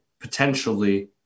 potentially